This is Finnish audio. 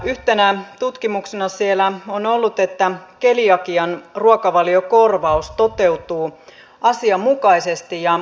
yhtenä tutkimuksena siellä on ollut että keliakian ruokavaliokorvaus toteutuu asianmukaisesti ja vaikuttavasti